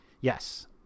Yes